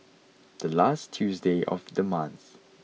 the last Tuesday of the month